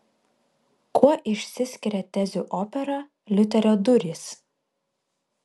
kuo išsiskiria tezių opera liuterio durys